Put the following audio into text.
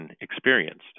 experienced